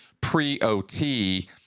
pre-OT